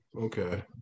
Okay